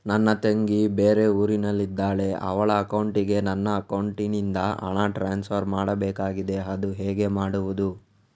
ನನ್ನ ತಂಗಿ ಬೇರೆ ಊರಿನಲ್ಲಿದಾಳೆ, ಅವಳ ಅಕೌಂಟಿಗೆ ನನ್ನ ಅಕೌಂಟಿನಿಂದ ಹಣ ಟ್ರಾನ್ಸ್ಫರ್ ಮಾಡ್ಬೇಕಾಗಿದೆ, ಅದು ಹೇಗೆ ಮಾಡುವುದು?